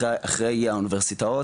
אחרי האוניברסיטאות,